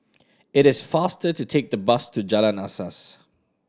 it is faster to take the bus to Jalan Asas